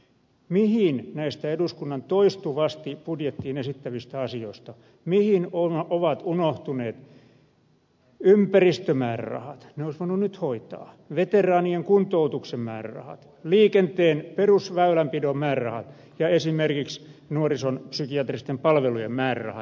mihin näistä eduskunnan toistuvasti budjettiin esittämistä asioista mihin ovat unohtuneet ympäristömäärärahat ne olisi nyt voitu hoitaa veteraanien kuntoutuksen määrärahat liikenteen perusväylänpidon määrärahat ja esimerkiksi nuorison psykiatristen palvelujen määrärahat